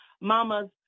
Mamas